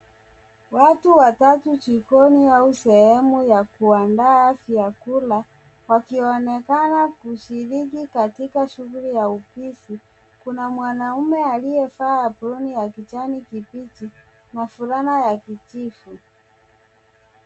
Watu watatu jikoni au sehemu ya kuandaa vyakula wakionekana kushiriki katika shughuli ya upishi. Kuna mwanaume aliyevaa aproni ya kijani kibichi na fulana ya kijivu.